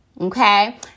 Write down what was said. okay